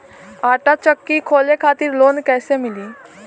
आटा चक्की खोले खातिर लोन कैसे मिली?